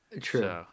true